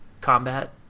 combat